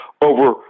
over